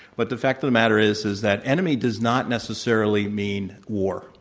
but the fact of the matter is is that enemy does not necessarily mean war.